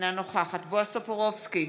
אינה נוכחת בועז טופורובסקי,